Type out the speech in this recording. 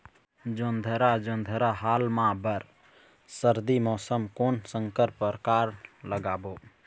जोंधरा जोन्धरा हाल मा बर सर्दी मौसम कोन संकर परकार लगाबो?